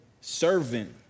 servant